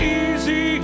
easy